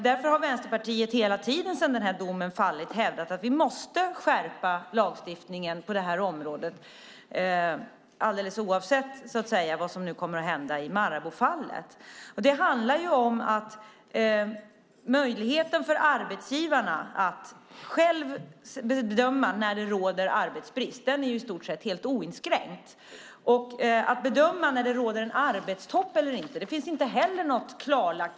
Därför har Vänsterpartiet hela tiden sedan domen föll hävdat att vi måste skärpa lagstiftningen på det här området alldeles oavsett vad som kommer att hända i Maraboufallet. Det handlar om att möjligheten för arbetsgivarna att själva bedöma när det råder arbetsbrist i stort sett är oinskränkt. När det råder en arbetstopp eller inte är inte heller klarlagt.